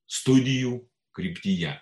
studijų kryptyje